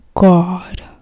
God